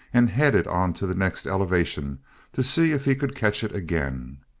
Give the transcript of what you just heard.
and headed onto the next elevation to see if he could catch it again.